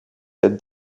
cette